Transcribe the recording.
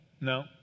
No